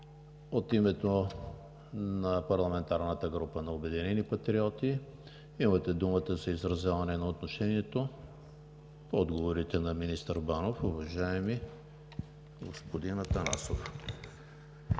От името на парламентарната група на „Обединените патриоти“ имате думата за изразяване на отношение към отговорите на министър Банов, уважаеми господин Атанасов.